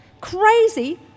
Crazy